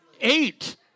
Eight